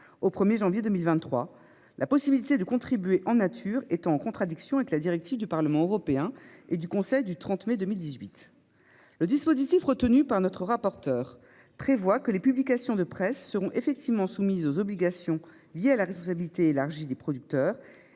au 1 janvier 2023, la possibilité de contribuer en nature étant en contradiction avec la directive du Parlement européen et du Conseil du 30 mai 2018. Le dispositif retenu par notre rapporteure prévoit que les publications de presse seront effectivement soumises aux obligations liées à la responsabilité élargie des producteurs